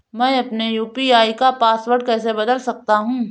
मैं अपने यू.पी.आई का पासवर्ड कैसे बदल सकता हूँ?